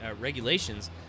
regulations